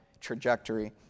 trajectory